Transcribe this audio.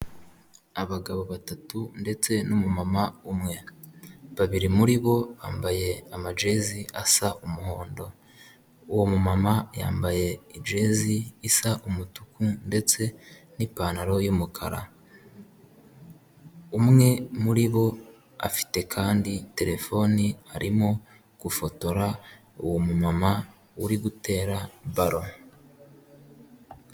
Abagabo batatu ndetse n'umu mama umwe, babiri muri bo bambaye amajezi asa umuhondo, uwo mu mama yambaye jezi isa umutuku ndetse n'ipantaro y'umukara, umwe muri bo afite kandi telefone arimo gufotora uwo mu mama uri gutera ballo.